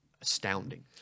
Astounding